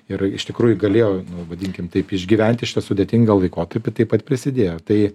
ir iš tikrųjų galėjo vadinkim taip išgyventi šitą sudėtingą laikotarpį taip pat prisidėjo tai